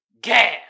Gas